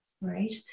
right